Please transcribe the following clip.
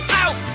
out